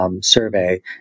survey